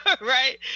right